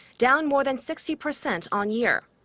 down more than sixty percent on-year.